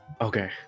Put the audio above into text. Okay